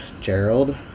Gerald